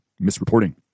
misreporting